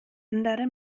andere